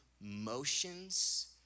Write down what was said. motions